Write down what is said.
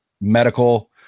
medical